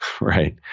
Right